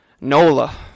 NOLA